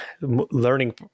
learning